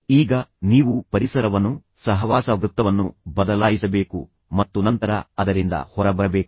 ಈಗ ನೀವು ಪರಿಸರವನ್ನು ಸಹವಾಸ ವೃತ್ತವನ್ನು ಬದಲಾಯಿಸಬೇಕು ಮತ್ತು ನಂತರ ಅದರಿಂದ ಹೊರಬರಬೇಕು